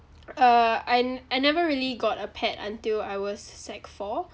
uh and I never really got a pet until I was sec four